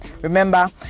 remember